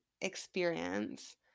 experience